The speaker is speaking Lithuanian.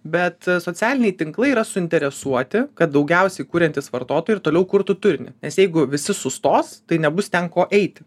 bet socialiniai tinklai yra suinteresuoti kad daugiausiai kuriantys vartotojai ir toliau kurtų turinį nes jeigu visi sustos tai nebus ten ko eiti